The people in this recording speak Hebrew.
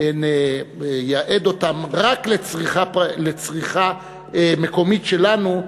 נייעד אותם רק לצריכה מקומית שלנו,